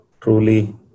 truly